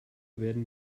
werden